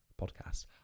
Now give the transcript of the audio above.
podcast